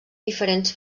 diferents